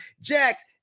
Jax